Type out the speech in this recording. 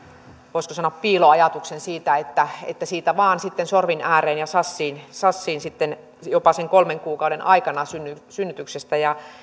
voisiko sanoa piiloajatuksen siitä että siitä vaan sitten sorvin ääreen ja sassiin sassiin jopa sen kolmen kuukauden aikana synnytyksestä synnytyksestä ja